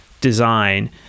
design